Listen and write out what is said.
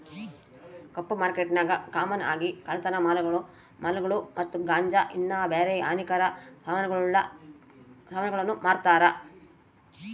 ಕಪ್ಪು ಮಾರ್ಕೆಟ್ನಾಗ ಕಾಮನ್ ಆಗಿ ಕಳ್ಳತನ ಮಾಲುಗುಳು ಮತ್ತೆ ಗಾಂಜಾ ಇನ್ನ ಬ್ಯಾರೆ ಹಾನಿಕಾರಕ ಸಾಮಾನುಗುಳ್ನ ಮಾರ್ತಾರ